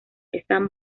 están